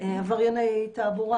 עברייני תעבורה.